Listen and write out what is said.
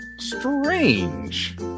Strange